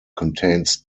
contains